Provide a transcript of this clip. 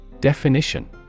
Definition